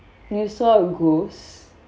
I saw a ghost